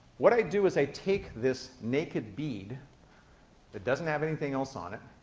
what i do is i take this naked bead that doesn't have anything else on it,